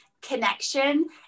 connection